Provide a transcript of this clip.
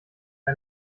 wir